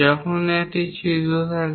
যখনই একটি ছিদ্র থাকে